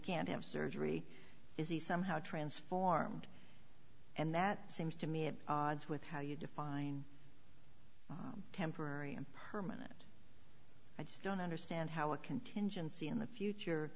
can't have surgery is he somehow transformed and that seems to me at odds with how you define temporary and permanent i just don't understand how a contingency in the future